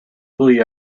fully